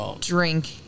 drink